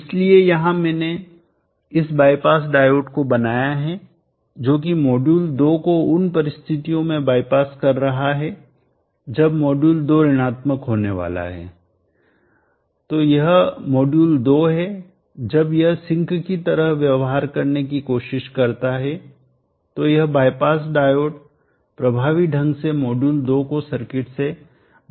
इसलिए यहां मैंने इस बाईपास डायोड को बनाया है जो कि मॉड्यूल 2 को उन परिस्थितियों में बाईपास कर रहा है जब मॉड्यूल 2 ऋणात्मक होने लगता है तो यह मॉड्यूल 2 है जब यह सिंक की तरह व्यवहार करने की कोशिश करता है तो यह बाईपास डायोड प्रभावी ढंग से मॉड्यूल 2 को सर्किट से बाहर ले जाएगा